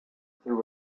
through